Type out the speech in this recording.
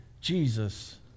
Jesus